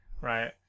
right